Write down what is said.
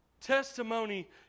testimony